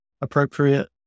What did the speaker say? appropriate